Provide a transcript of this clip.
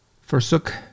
forsook